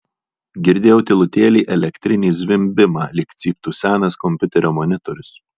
girdėjau tylutėlį elektrinį zvimbimą lyg cyptų senas kompiuterio monitorius